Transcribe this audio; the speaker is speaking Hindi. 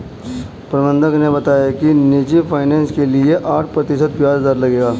प्रबंधक ने बताया कि निजी फ़ाइनेंस के लिए आठ प्रतिशत ब्याज दर लगेगा